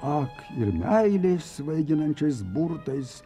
ak ir meilės svaiginančiais burtais